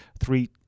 three